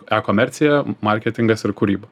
ekomercija marketingas ir kūryba